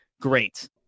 Great